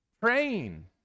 praying